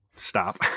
stop